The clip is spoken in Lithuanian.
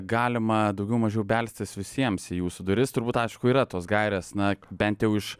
galima daugiau mažiau belstis visiems į jūsų duris turbūt aišku yra tos gairės na bent jau iš